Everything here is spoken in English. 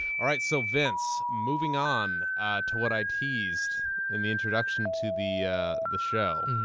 all right, so, vince, moving on to what i teased in the introduction to the the show.